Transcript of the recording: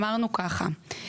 אמרנו ככה,